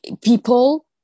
people